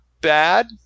bad